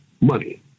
money